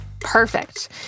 Perfect